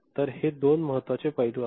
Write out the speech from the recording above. तर हे दोन महत्त्वाचे पैलू आहेत